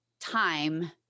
time